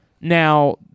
Now